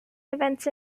events